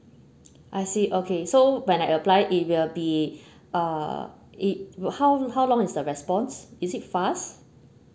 I see okay so when I apply it will be uh it will how how long is the response is it fast